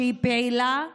שהיא פעילה מהשכונה.